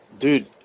dude